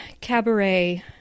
Cabaret